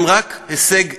איך אנשים זוכרים את המן הרשע?